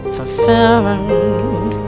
Fulfilling